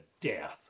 death